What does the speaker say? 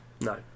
No